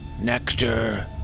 nectar